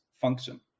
function